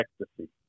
ecstasy